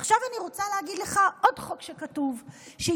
עכשיו אני רוצה להגיד לך עוד חוק שכתוב שיתעמר